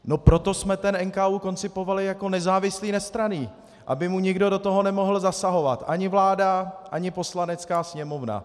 No proto jsme NKÚ koncipovali jako nezávislý, nestranný, aby mu nikdo do toho nemohl zasahovat ani vláda ani Poslanecká sněmovna.